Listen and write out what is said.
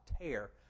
tear